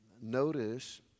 notice